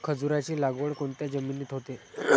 खजूराची लागवड कोणत्या जमिनीत होते?